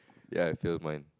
ya I failed mine